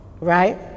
Right